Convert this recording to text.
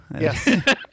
Yes